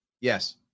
Yes